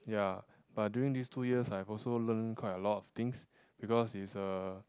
ya but during these two years I've also learn quite a lot things because it's a